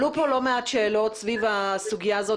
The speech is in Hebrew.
עלו כאן לא מעט שאלות סביב הסוגיה הזאת.